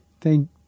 Thank